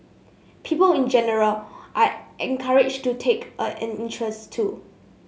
people in general are encouraged to take a an interest too